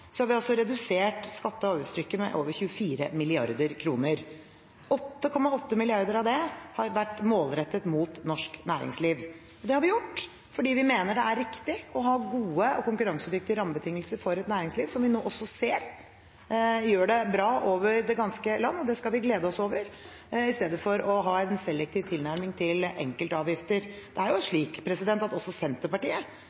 skatte- og avgiftstrykket redusert med over 24 mrd. kr. 8,8 mrd. kr av det har vært målrettet mot norsk næringsliv. Det har vi gjort fordi vi mener det er riktig å ha gode og konkurransedyktige rammebetingelser for et næringsliv som vi nå også ser gjør det bra over det ganske land, og det skal vi glede oss over, i stedet for å ha en selektiv tilnærming til enkeltavgifter. Det er jo